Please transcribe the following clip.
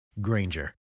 Granger